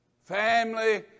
Family